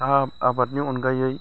साहा आबादनि अनगायै